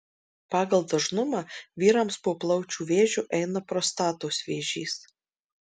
pagal dažnumą vyrams po plaučių vėžio eina prostatos vėžys